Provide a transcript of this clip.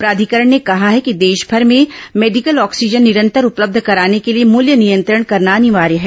प्राधिकरण ने कहा है कि देशमर में मेडिकल ऑक्सीजन निरंतर उपलब्ध कराने के लिए मूल्य नियंत्रण करना अनिवार्य है